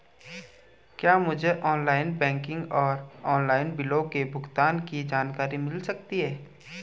क्या मुझे online banking और ऑनलाइन बिलों के भुगतान की जानकारी मिल सकता है?